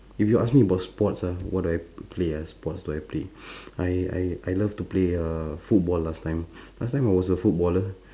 if you ask me about sports ah what do I play ah sports do I play I I love to play uh football last time last time I was a footballer